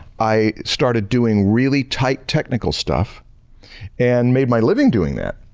i started doing really tight technical stuff and made my living doing that.